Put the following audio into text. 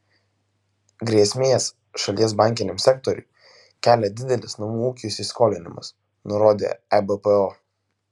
grėsmės šalies bankiniam sektoriui kelia didelis namų ūkių įsiskolinimas nurodė ebpo